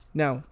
now